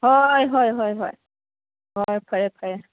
ꯍꯣꯏ ꯍꯣꯏ ꯍꯣꯏ ꯍꯣꯏ ꯍꯣꯏ ꯐꯔꯦ ꯐꯔꯦ